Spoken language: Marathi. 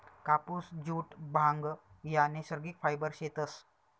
कापुस, जुट, भांग ह्या नैसर्गिक फायबर शेतस